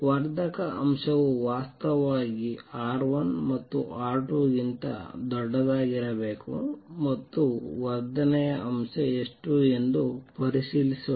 ವರ್ಧಕ ಅಂಶವು ವಾಸ್ತವವಾಗಿ R1 ಮತ್ತು R2 ಗಿಂತ ದೊಡ್ಡದಾಗಿರಬೇಕು ಮತ್ತು ವರ್ಧನೆಯ ಅಂಶ ಎಷ್ಟು ಎಂದು ಪರಿಶೀಲಿಸೋಣ